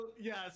yes